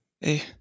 Hey